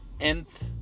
nth